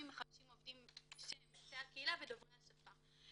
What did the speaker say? מחפשים עובדים שהם יוצאי הקהילה ודוברי השפה.